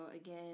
again